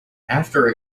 after